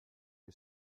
que